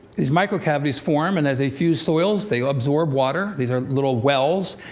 these micro-cavities form, and as they fuse soils, they absorb water. these are little wells.